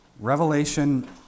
Revelation